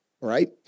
right